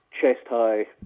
chest-high